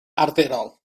arferol